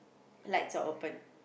lights are open